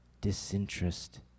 disinterest